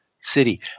city